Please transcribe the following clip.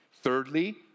Thirdly